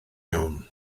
iawn